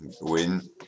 win